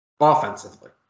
Offensively